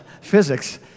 physics